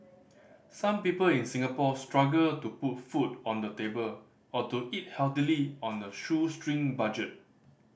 some people in Singapore struggle to put food on the table or to eat healthily on a shoestring budget